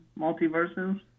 multiverses